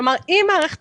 כלומר, אם מערכת